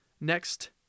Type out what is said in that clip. Next